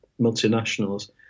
multinationals